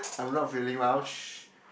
I'm not feeling well sh~